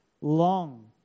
long